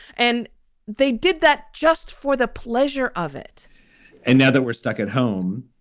and they did that just for the pleasure of it and now that we're stuck at home,